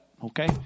Okay